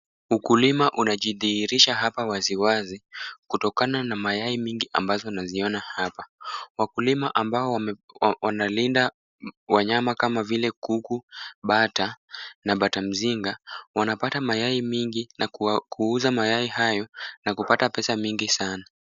Ukulima unajidhihirisha hapa waziwazi kutokana na mayai mingi ambazo naziona hapa. Wakulima ambao wanalinda wanyama kama vile kuku, bata na bata mzinga wanapata mayai mingi na kuuza mayai hayo, na kupata pesa mingi sana.